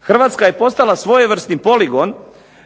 Hrvatska je postala svojevrsni poligon